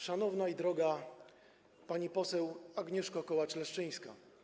Szanowna i Droga Pani Poseł Agnieszko Kołacz-Leszczyńska!